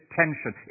tension